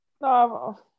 No